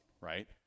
Right